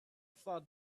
thought